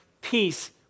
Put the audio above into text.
Peace